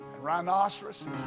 rhinoceroses